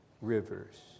rivers